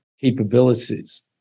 capabilities